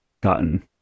gotten